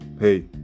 hey